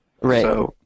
Right